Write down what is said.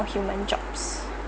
human jobs